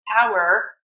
power